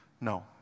No